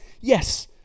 Yes